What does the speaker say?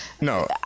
No